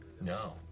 No